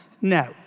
no